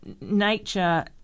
nature